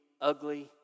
ugly